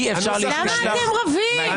למה אתם רבים?